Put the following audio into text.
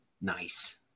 Nice